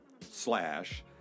slash